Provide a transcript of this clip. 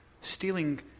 stealing